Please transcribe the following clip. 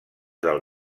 del